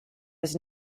was